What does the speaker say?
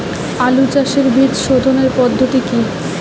আলু চাষের বীজ সোধনের পদ্ধতি কি?